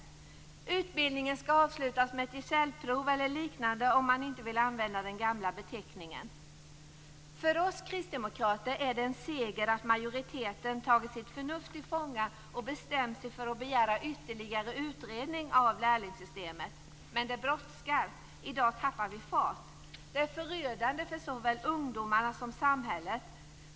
Utbildningen skall avslutas med ett gesällprov eller liknande om man inte vill använda den gamla beteckningen. För oss kristdemokrater är det en seger att majoriteten tagit sitt förnuft till fånga och bestämt sig för att begära ytterligare utredning av lärlingssystemet. Men det brådskar. I dag tappar vi fart. Det är förödande för såväl ungdomarna som samhället.